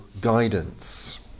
guidance